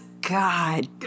God